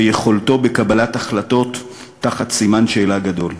ויכולתו בקבלת החלטות תחת סימן שאלה גדול.